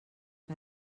que